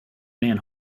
man